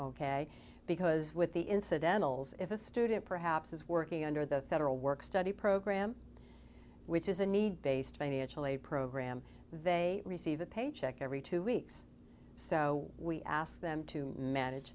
ok because with the incidentals if a student perhaps is working under the federal work study program which is a need based financial aid program they receive a paycheck every two weeks so we ask them to manage